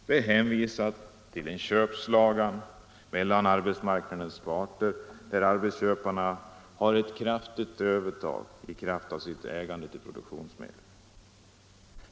Det hänvisas till en köpslagan mellan arbetsmarknadens parter, där arbetsköparna har ett stort övertag i kraft av sitt ägande till produktionsmedlen.